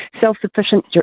self-sufficient